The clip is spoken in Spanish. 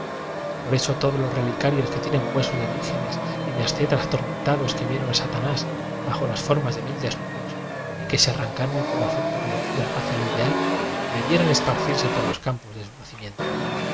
por eso todos los relica rios que tienen huesos de vírgenes y de ascetas atormentados que vieron a satanás bajo las formas de mil desnudos y que se arrancaron el corazón por locura hacia lo ideal debieran esparcirse por los campos de su nacimiento